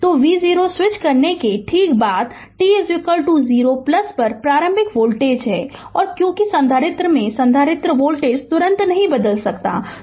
तो v0 स्विच करने के ठीक बाद t 0 पर प्रारंभिक वोल्टेज है और क्योंकि संधारित्र से संधारित्र वोल्टेज तुरंत नहीं बदल सकता है